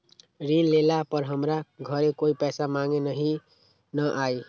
ऋण लेला पर हमरा घरे कोई पैसा मांगे नहीं न आई?